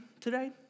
today